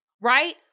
right